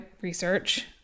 research